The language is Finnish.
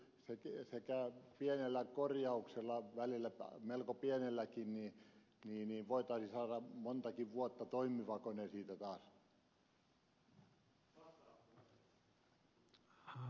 mutta välillä pienellä korjauksella välillä melko pienelläkin siitä voitaisiin saada montakin vuotta toimiva kone taas